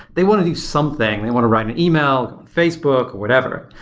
they want to do something. they want to write an email, facebook, whatever.